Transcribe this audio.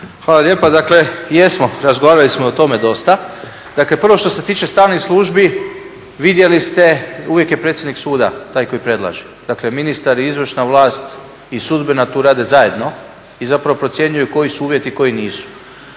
Hvala lijepa. Dakle jesmo, razgovarali smo o tome dosta. Dakle, prvo što se tiče stalnih službi vidjeli ste uvijek je predsjednik suda taj koji predlaže. Dakle, ministar i izvršna vlast i sudbena tu rade zajedno i zapravo procjenjuju koji su uvjeti, koji nisu.